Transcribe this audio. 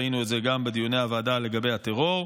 ראינו את זה גם בדיוני הוועדה לגבי הטרור.